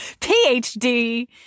PhD